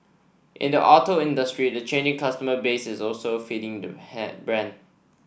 in the auto industry the changing customer base is also feeding the hand brand